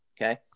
okay